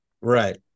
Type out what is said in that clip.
Right